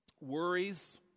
worries